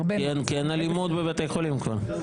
הרבה --- כי כבר אין אלימות בבתי חולים,